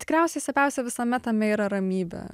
tikriausiai svarbiausia visame tame yra ramybė